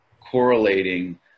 correlating